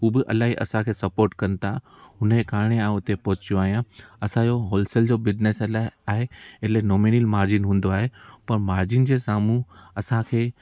हूअ बि इलाही असांखे सपॉट कनि था हुनजे कारण हुते पहुचो आहियां असांजो होलसेल जो बिज़नस आहे आहे एले नोमिनल मार्जिन हूंदो आहे पर मार्जिन जे साम्हूं असांखे